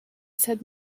said